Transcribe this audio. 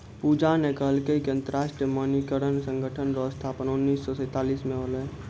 पूजा न कहलकै कि अन्तर्राष्ट्रीय मानकीकरण संगठन रो स्थापना उन्नीस सौ सैंतालीस म होलै